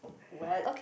what